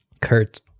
Kurt